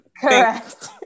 Correct